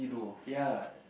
ya